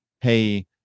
hey